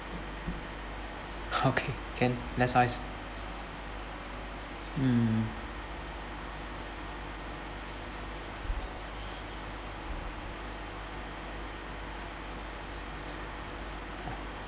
okay can less ice mm